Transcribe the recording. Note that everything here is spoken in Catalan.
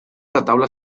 retaule